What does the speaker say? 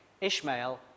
Ishmael